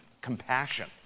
compassion